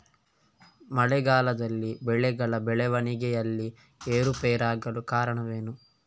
ಮಳೆಗಾಲದಲ್ಲಿ ಬೆಳೆಗಳ ಬೆಳವಣಿಗೆಯಲ್ಲಿ ಏರುಪೇರಾಗಲು ಕಾರಣವೇನು?